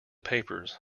papers